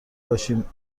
باشیم